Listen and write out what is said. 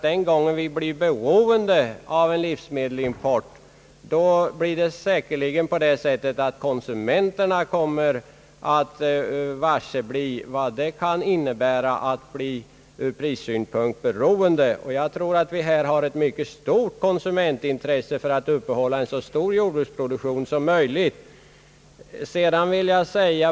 Den gång vi blir beroende av en livsmedelsimport kommer konsumenterna säkert att varsebli vad det innebär att bli beroende i prisavseende. Jag tror att det ligger i konsumenternas intresse att uppehålla en så stor jordbruksproduktion som möjligt.